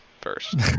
first